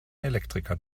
elektriker